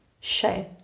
shame